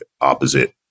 opposite